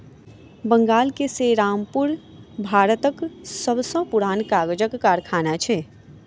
बंगाल के सेरामपुर भारतक सब सॅ पुरान कागजक कारखाना अछि